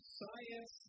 science